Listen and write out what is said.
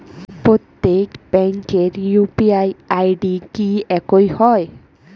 প্রত্যেক ব্যাংকের UPI ID কি একই হয়?